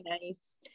nice